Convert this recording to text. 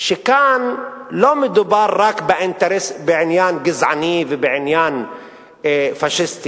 אני חושש שכאן לא מדובר רק באינטרס בעניין גזעני ובעניין פאשיסטי,